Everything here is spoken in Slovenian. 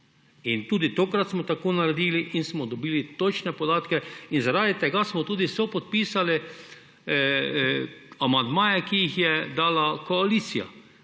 In tudi tokrat smo tako naredili in smo dobili točne podatke. In zaradi tega smo tudi sopodpisali amandmaje, ki jih je dala koalicija.